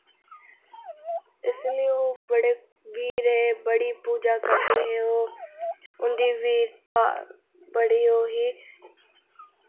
इस लेई ओह् बड़े वीर हे बड़ी पूजा करदे हे उंदी वीरता बड़ी ओह् ही